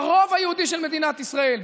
ברוב היהודי של מדינת ישראל,